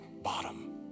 bottom